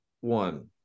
one